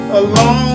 alone